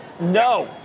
No